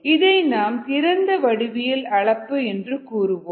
இதை நாம் திறந்த வடிவியல் அளப்பு என்று கூறுவோம்